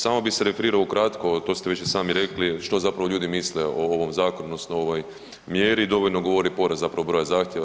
Samo bi se referirao ukratko, to ste već i sami rekli što zapravo ljudi misle o ovom zakonu odnosno o ovoj mjeri dovoljno govori porast broja zahtjeva.